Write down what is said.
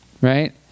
Right